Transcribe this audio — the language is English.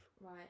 Right